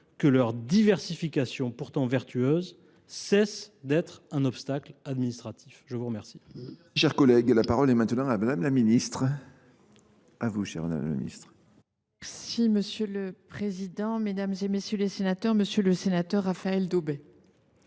que leur diversification, pourtant vertueuse, cesse d’être un obstacle administratif ? La parole